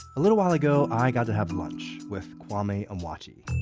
a little while ago, i got to have lunch with kwame onwuachi,